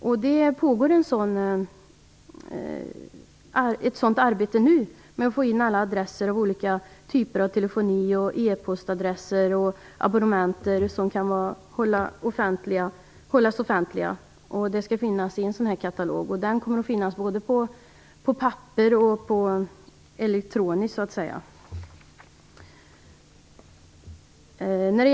Ett arbete pågår nu med att ta in alla adresser av olika slag - olika typer av telefoni, E-postadresser, osv. Denna katalog kommer att finnas tillgänglig både på papper och elektroniskt.